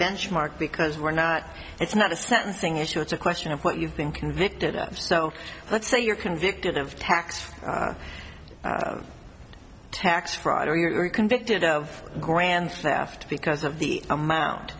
benchmark because we're not it's not a sentencing issue it's a question of what you think convicted of so let's say you're convicted of tax for tax fraud or you're convicted of grand theft because of the amount